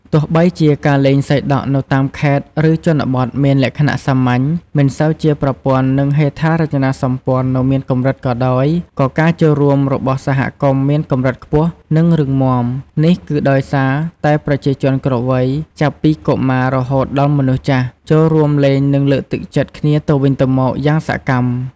ទោះបីជាការលេងសីដក់នៅតាមខេត្ត ឬជនបទមានលក្ខណៈសាមញ្ញ មិនសូវជាប្រព័ន្ធ និងហេដ្ឋារចនាសម្ព័ន្ធនៅមានកម្រិតក៏ដោយ ក៏ការចូលរួមរបស់សហគមន៍មានកម្រិតខ្ពស់ និងរឹងមាំ។ នេះគឺដោយសារតែប្រជាជនគ្រប់វ័យ ចាប់ពីកុមារ រហូតដល់មនុស្សចាស់ ចូលរួមលេងនិងលើកទឹកចិត្តគ្នាទៅវិញទៅមកយ៉ាងសកម្ម។